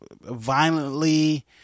violently